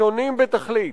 שונים בתכלית.